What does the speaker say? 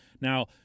Now